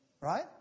Right